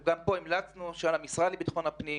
המלצנו שעל המשרד לביטחון הפנים,